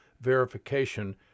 verification